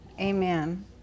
amen